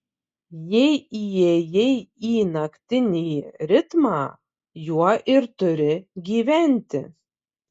jei įėjai į naktinį ritmą juo ir turi gyventi